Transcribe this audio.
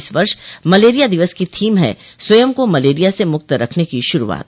इस वर्ष मलेरिया दिवस की थीम है स्वयं को मलेरिया से मुक्त रखने की शुरूआत